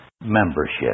membership